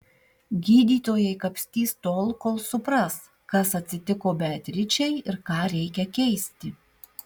gydytojai kapstys tol kol supras kas atsitiko beatričei ir ką reikia keisti